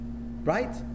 Right